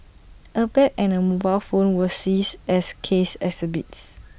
A bag and A mobile phone were seized as case exhibits